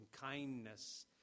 kindness